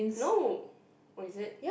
no or is it